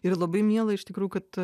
ir labai miela iš tikrųjų kad